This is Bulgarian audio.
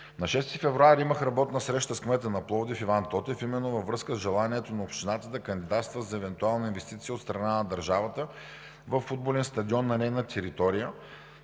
На 6 февруари имах работна среща с кмета на Пловдив Иван Тотев именно във връзка с желанието на общината да кандидатства за евентуална инвестиция от страна на държавата във футболен стадион на нейна територия,